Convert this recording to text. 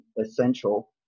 essential